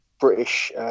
British